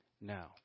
now